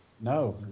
No